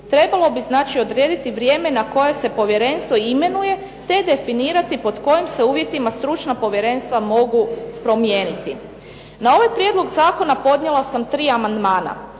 trebalo bi znači odrediti vrijeme na koje se povjerenstvo imenuje, te definirati pod kojim uvjetima se stručna povjerenstva mogu promijeniti. Na ovaj prijedlog zakona podnijela sam tri amandmana.